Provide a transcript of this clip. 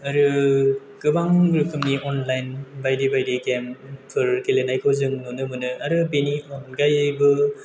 आरो गोबां रोखोमनि अनलाइन बायदि बायदि गेमफोर गेलेनायखौ जों नुनो मोनो आरो बेनि अनगायैबो